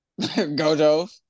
Gojos